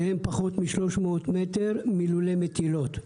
שהם פחות מ-300 מטר מלולי מטילות.